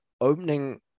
opening